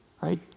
right